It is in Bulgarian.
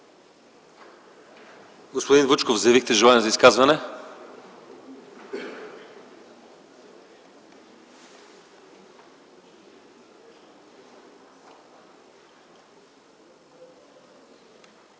Господин Вучков, заявихте желание за изказване